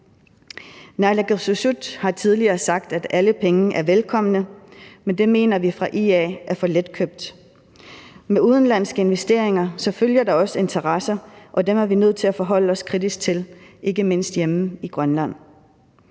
Naalakkersuisut har tidligere sagt, at alle penge er velkomne, men det mener vi fra IA er for letkøbt. Med udenlandske investeringer følger der også interesser, og dem er vi nødt til at forholde os kritisk til, ikke mindst hjemme i Grønland.